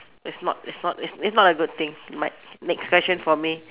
it's not it's not it's it's not a good thing next question for me